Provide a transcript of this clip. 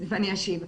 אני אשיב.